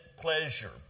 pleasure